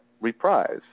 Reprise